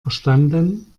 verstanden